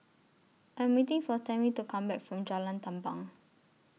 I Am waiting For Tamie to Come Back from Jalan Tampang